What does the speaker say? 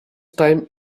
time